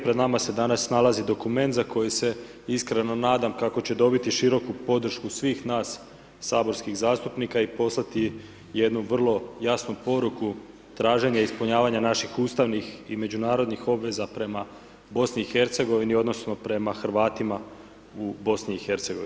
Pred nama se danas nalazi dokument za koji se iskreno nadam kako će dobiti široku podršku svih nas saborskih zastupnika i poslati jednu vrlo jasnu poruku traženja i ispunjavanja naših ustavnih i međunarodnih obveza prema BiH odnosno prema Hrvatima u BiH.